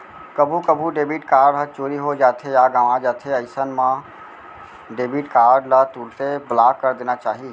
कभू कभू debit card ह चोरी हो जाथे या गवॉं जाथे अइसन मन डेबिट कारड ल तुरते ब्लॉक करा देना चाही